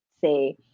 say